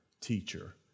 teacher